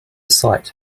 sight